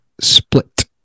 split